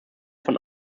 von